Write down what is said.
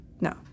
No